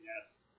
Yes